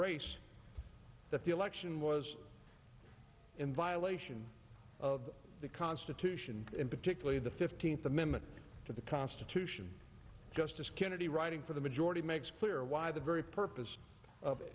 race that the election was in violation of the constitution and particularly the fifteenth amendment to the constitution justice kennedy writing for the majority makes clear why the very purpose of it